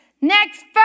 Next